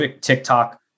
TikTok